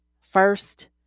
first